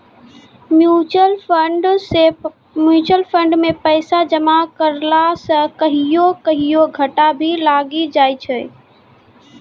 mutual fund मे पैसा जमा करला से कहियो कहियो घाटा भी लागी जाय छै